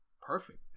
perfect